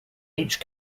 each